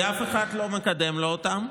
כי אף אחד לא מקדם לו אותם,